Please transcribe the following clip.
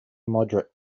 moderate